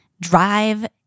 drive